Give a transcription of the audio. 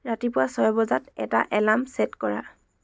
ৰাতিপুৱা ছয় বজাত এটা এলাৰ্ম ছে'ট কৰা